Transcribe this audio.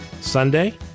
Sunday